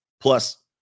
plus